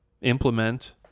implement